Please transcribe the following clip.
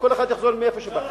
כל אחד יחזור לאיפה שבא,